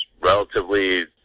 relatively